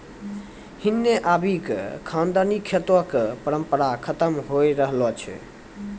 हिन्ने आबि क खानदानी खेतो कॅ परम्परा खतम होय रहलो छै